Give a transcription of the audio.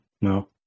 No